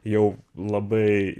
jau labai